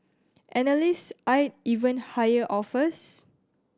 analyst eyed even higher offers